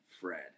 Fred